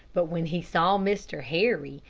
but when he saw mr. harry,